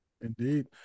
Indeed